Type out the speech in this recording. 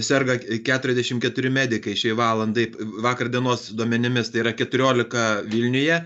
serga keturiasdešimt keturi medikai šiai valandai vakar dienos duomenimis tai yra keturiolika vilniuje